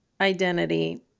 identity